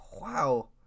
Wow